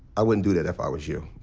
i wouldn't do that if i was you.